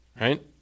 right